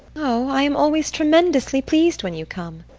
oh, i am always tremendously pleased when you come.